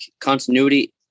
continuity